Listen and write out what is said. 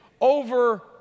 over